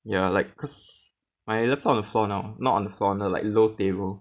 ya like cause my other phone on the floor now not on the floor on the like low table